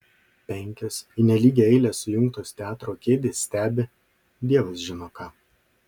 penkios į nelygią eilę sujungtos teatro kėdės stebi dievas žino ką